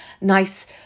nice